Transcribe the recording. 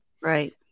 Right